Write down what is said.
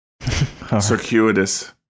circuitous